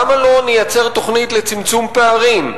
למה לא נייצר תוכנית לצמצום פערים?